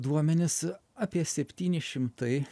duomenis apie septyni šimtai